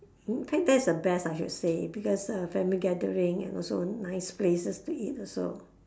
think that's the best I should say because family gathering and also nice places to eat also